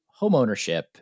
homeownership